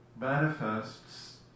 manifests